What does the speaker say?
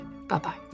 Bye-bye